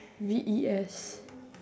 V E S